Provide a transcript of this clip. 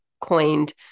coined